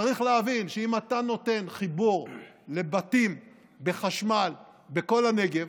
צריך להבין שאם אתה נותן חיבור חשמל לבתים בכל הנגב,